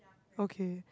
okay